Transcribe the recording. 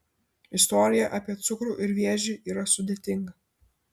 istorija apie cukrų ir vėžį yra sudėtinga